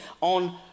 on